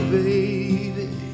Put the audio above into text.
baby